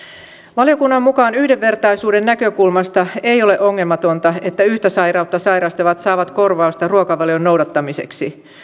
valiokunnan mukaan yhdenvertaisuuden näkökulmasta ei ole ongelmatonta että yhtä sairautta sairastavat saavat korvausta ruokavalion noudattamiseksi